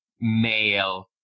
male